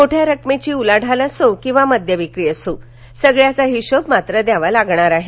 मोठ्या रकमेची उलाढाल असो किंवा मद्यविक्री असो सगळ्याचा हिशोब मात्र द्यावा लागणार आहे